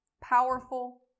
powerful